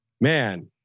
man